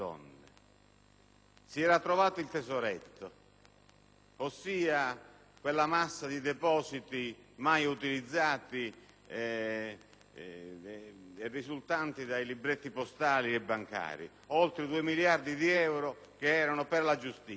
Si era trovato il tesoretto, ossia quella massa di depositi mai utilizzati e risultanti dai libretti postali e bancari, oltre 2 miliardi di euro che erano destinati alla giustizia.